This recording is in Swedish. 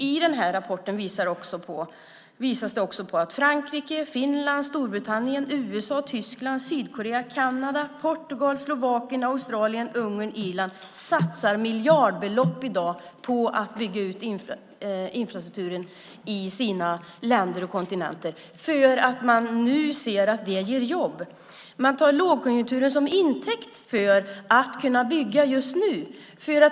I den här rapporten visas också att Frankrike, Finland, Storbritannien, USA, Tyskland, Sydkorea, Kanada, Portugal, Slovakien, Australien, Ungern och Irland satsar miljardbelopp i dag på att bygga ut infrastrukturen i sina länder och på sina kontinenter för att man nu ser att det ger jobb. Man tar lågkonjunkturen till intäkt för att kunna bygga just nu.